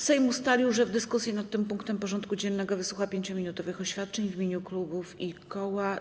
Sejm ustalił, że w dyskusji nad tym punktem porządku dziennego wysłucha 5-minutowych oświadczeń w imieniu klubów i koła.